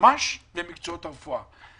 מנמ"ש (מינהל ומשק) ומקצועות הרפואה.